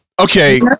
Okay